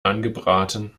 angebraten